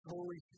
Holy